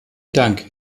dank